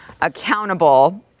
accountable